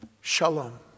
Shalom